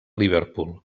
liverpool